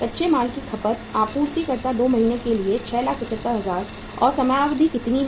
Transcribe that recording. कच्चे माल की खपत आपूर्तिकर्ता 2 महीने के लिए है 675000 और समयावधि कितनी है